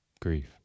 Grief